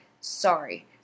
Sorry